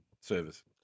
service